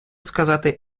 сказати